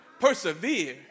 Persevere